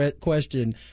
question